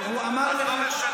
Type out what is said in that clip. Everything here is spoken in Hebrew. אז לא משנה.